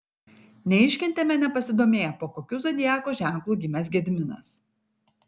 neiškentėme nepasidomėję po kokiu zodiako ženklu gimęs gediminas